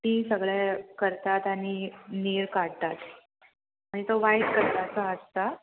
ती सगळे करतात आनी नीर काडटात आनी तो वायट कलराचो हाडटा